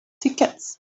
tickets